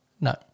No